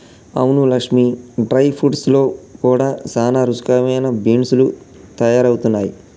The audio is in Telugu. అవును లక్ష్మీ డ్రై ఫ్రూట్స్ లో కూడా సానా రుచికరమైన బీన్స్ లు తయారవుతున్నాయి